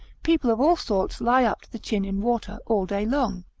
people of all sorts lie up to the chin in water all day long.